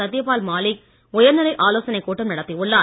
சத்திய பால் மாலிக் உயர்நிலை ஆலோசனைக் கூட்டம் நடத்தியுள்ளார்